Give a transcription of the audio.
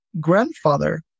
grandfather